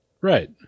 right